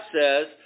says